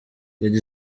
abona